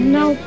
no